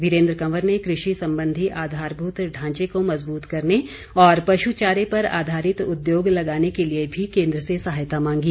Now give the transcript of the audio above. वीरेन्द्र कंवर ने कृषि संबंधी आधारभूत ढांचे को मजबूत करने और पशु चारे पर आधारित उद्योग लगाने के लिए भी केन्द्र से सहायता मांगी